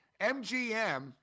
MGM